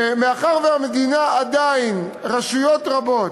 ומאחר שעדיין המדינה, רשויות רבות,